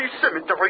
cemetery